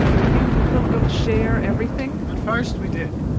do you pilgrims share everything? at first we did.